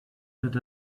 that